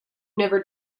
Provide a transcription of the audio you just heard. never